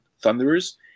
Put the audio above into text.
Thunderers